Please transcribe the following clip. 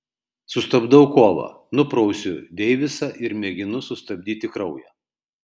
sustabdau kovą nuprausiu deivisą ir mėginu sustabdyti kraują